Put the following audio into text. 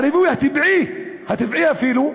הריבוי הטבעי, אפילו,